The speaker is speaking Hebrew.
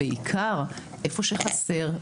בעיקר איפה שחסר,